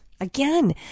Again